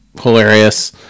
hilarious